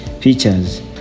features